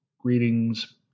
greetings